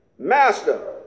Master